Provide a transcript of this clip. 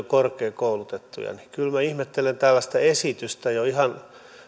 korkeakoulutettuja niin kyllä minä ihmettelen tällaista esitystä jo ihan